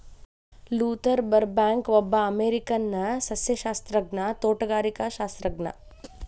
Luther ಬರ್ಬ್ಯಾಂಕ್ಒಬ್ಬ ಅಮೇರಿಕನ್ಸಸ್ಯಶಾಸ್ತ್ರಜ್ಞ, ತೋಟಗಾರಿಕಾಶಾಸ್ತ್ರಜ್ಞ